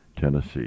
Tennessee